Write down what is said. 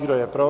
Kdo je pro?